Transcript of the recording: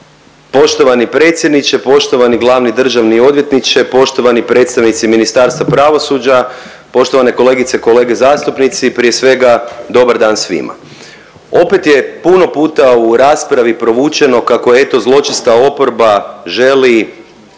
Poštovani predsjedniče, poštovani glavni državni odvjetniče, poštovani predstavnici Ministarstva pravosuđa, poštovane kolegice i kolege zastupnici, prije svega dobar dan svima. Opet je puno puta u raspravi provučeno kako eto zločesta oporba želi